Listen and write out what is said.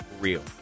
real